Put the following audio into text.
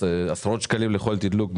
אז זה עשרות שקלים לכל תדלוק,